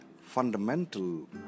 fundamental